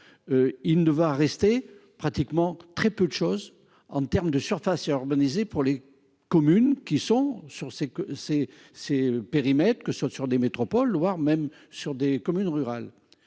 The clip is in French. Il ne va rester pratiquement très peu de choses en termes de surface organisé pour les communes qui sont sur, c'est que ces ces périmètres que sur sur des métropoles, voire même sur des communes rurales.